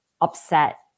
upset